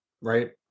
right